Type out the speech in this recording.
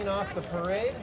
you know the parade